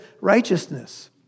righteousness